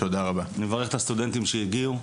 אני מברך את הסטודנטים שהגיעו.